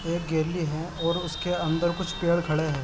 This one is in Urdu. ایک گیلری ہے اور اس کے اندر کچھ پیڑ کھڑے ہیں